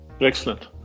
Excellent